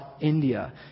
India